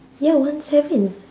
ya one seven